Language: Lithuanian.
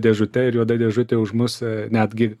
dėžute ir juoda dėžutė už mus netgi